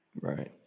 Right